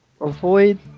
avoid